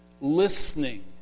listening